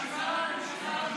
שקרן.